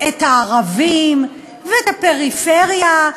את הערבים, את הפריפריה,